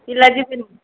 ପିଲା ଯିବେନି